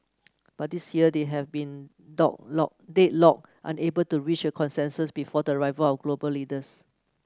but this year they have been deadlocked unable to reach a consensus before the arrival of global leaders